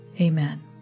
Amen